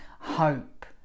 hope